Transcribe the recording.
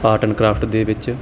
art and craft ਦੇ ਵਿੱਚ